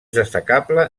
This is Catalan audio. destacable